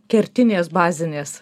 kertinės bazinės